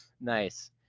Nice